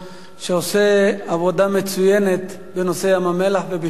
שעושה עבודה מצוינת בנושא ים-המלח ובכלל,